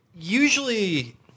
usually